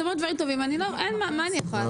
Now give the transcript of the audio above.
את אומר דברים טובים מה אני יכולה לעשות?